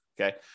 okay